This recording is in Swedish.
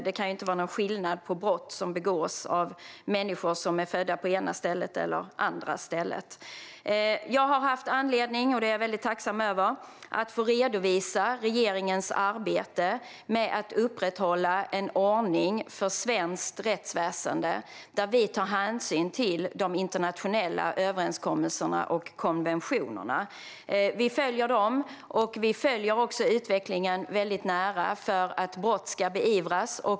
Det kan ju inte vara någon skillnad på brott som begås av människor som är födda på det ena eller det andra stället. Jag har, och det är jag väldigt tacksam för, haft anledning att redovisa regeringens arbete med att upprätthålla en ordning för svenskt rättsväsen där vi tar hänsyn till de internationella överenskommelserna och konventionerna. Vi följer dem. Vi följer också utvecklingen väldigt nära för att brott ska beivras.